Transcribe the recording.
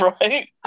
right